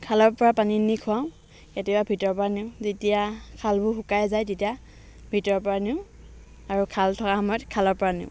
খালৰ পৰা পানী নি খুৱাওঁ কেতিয়াবা ভিতৰৰ পৰা নিওঁ যেতিয়া খালবোৰ শুকাই যায় তেতিয়া ভিতৰৰ পৰা নিওঁ আৰু খাল থকা সময়ত খালৰ পৰা নিওঁ